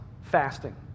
fasting